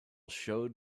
showed